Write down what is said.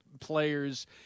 players